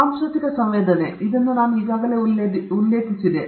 ಸಾಂಸ್ಕೃತಿಕ ಸಂವೇದನೆ ನಾನು ಇದನ್ನು ಈಗಾಗಲೇ ಉಲ್ಲೇಖಿಸಿದೆ